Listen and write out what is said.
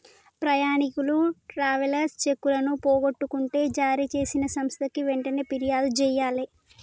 ప్రయాణీకులు ట్రావెలర్స్ చెక్కులను పోగొట్టుకుంటే జారీచేసిన సంస్థకి వెంటనే పిర్యాదు జెయ్యాలే